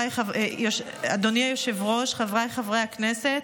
אדוני היושב-ראש, חבריי חברי הכנסת,